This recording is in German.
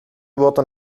wurden